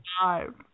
Five